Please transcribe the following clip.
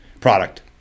product